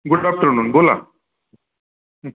good afternoon बोला हं